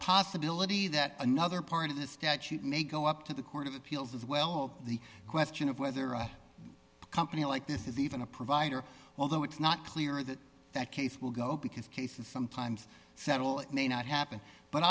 possibility that another part of the statute may go up to the court of appeals as well the question of whether a company like this is even a provider although it's not clear that that case will go because cases sometimes settle it may not happen but